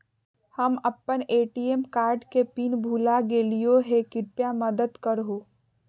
हम अप्पन ATM card के पिन भुला गेलिओ हे कृपया मदद कर हो